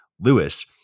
lewis